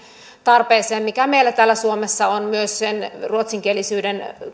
tarpeeseen mikä meillä täällä suomessa on myös sen ruotsinkielisyyden